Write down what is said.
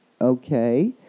okay